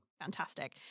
fantastic